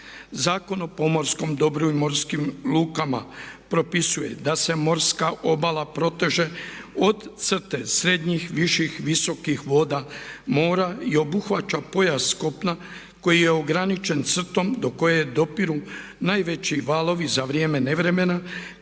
Zakon o pomorskom dobru i morskim lukama propisuje da se morska obala proteže od crte srednjih, viših, visokih voda mora i obuhvaća pojas kopna koji je ograničen crtom do koje dopiru najveći valovi za vrijeme nevremena